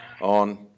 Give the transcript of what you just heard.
on